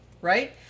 right